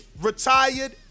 retired